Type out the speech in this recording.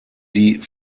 die